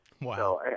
Wow